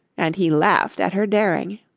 and he laughed at her daring.